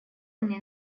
мне